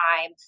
time